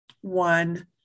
one